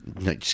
no